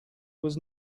was